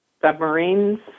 Submarines